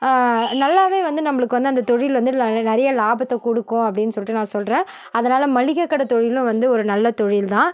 நல்லாவே வந்து நம்பளுக்கு வந்து அந்த தொழில் வந்து நிறைய லாபத்தை கொடுக்கும் அப்படின் சொல்லிட்டு நான் சொல்கிறேன் அதனால் மளிகை கடை தொழிலும் வந்து ஒரு நல்ல தொழில் தான்